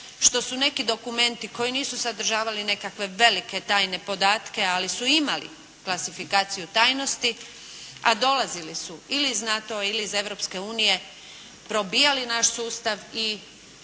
što su neki dokumenti koji nisu sadržavali nekakve velike tajne podatke, ali su imali klasifikaciju tajnosti a dolazili su ili iz NATO-a ili iz Europske unije, probijali naš sustav i